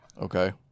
Okay